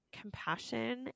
compassion